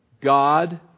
God